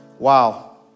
Wow